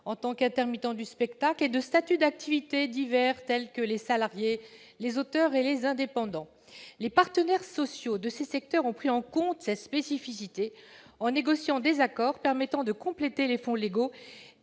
en tant qu'intermittent du spectacle, et de statuts d'activité divers tels que ceux de salarié, d'auteur ou d'indépendant. Les partenaires sociaux de la filière ont pris en compte cette spécificité en négociant des accords permettant de compléter les fonds légaux